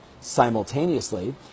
simultaneously